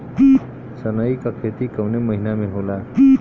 सनई का खेती कवने महीना में होला?